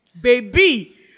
Baby